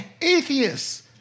atheists